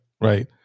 right